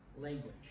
language